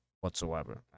whatsoever